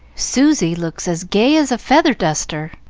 susy looks as gay as a feather-duster.